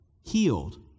healed